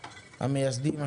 המייסדים,